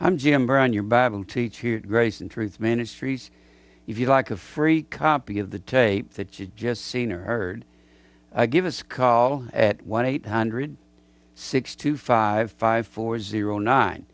i'm jim brown your bible teach here grace and truth ministries if you like a free copy of the tape that you've just seen or heard give us a call at one eight hundred six two five five four zero nine